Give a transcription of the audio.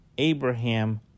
Abraham